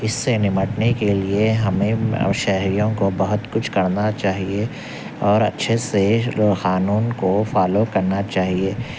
اس سے نمٹنے کے لیے ہمیں شہریوں کو بہت کچھ کرنا چاہیے اور اچھے سے قانون کو فالو کرنا چاہیے